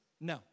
No